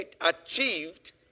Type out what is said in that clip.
achieved